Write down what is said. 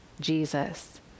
Jesus